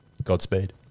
Godspeed